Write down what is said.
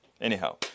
Anyhow